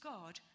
God